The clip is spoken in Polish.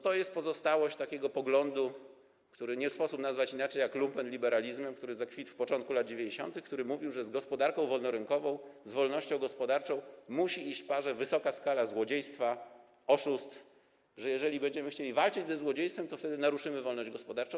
To jest pozostałość takiego poglądu, który nie sposób nazwać inaczej jak lumpenliberalizmem, który zakwitł na początku lat 90., który mówił, że z gospodarką wolnorynkową, z wolnością gospodarczą musi iść w parze wysoka skala złodziejstwa, oszustw, że jeżeli będziemy chcieli walczyć ze złodziejstwem, to wtedy naruszymy wolność gospodarczą.